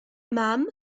mam